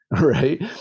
Right